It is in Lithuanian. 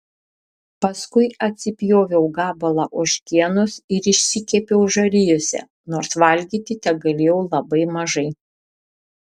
paskui atsipjoviau gabalą ožkienos ir išsikepiau žarijose nors valgyti tegalėjau labai mažai